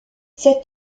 cet